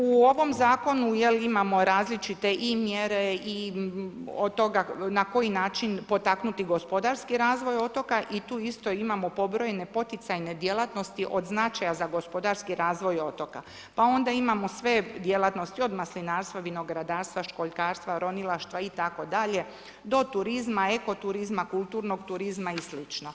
U ovom zakonu imamo različite i mjere i od toga na koji način potaknuti gospodarski razvoj otoka i tu isto imamo pobrojene poticajne djelatnosti od značaja za gospodarski razvoj otoka pa onda imamo sve djelatnosti, od maslinarstva, vinogradarstva, školjkarstva, ronilaštva itd. do turizma, eko turizma, kulturnog turizma i sl.